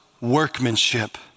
workmanship